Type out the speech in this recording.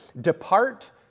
Depart